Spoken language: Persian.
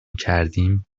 کردیم